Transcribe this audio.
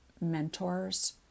mentors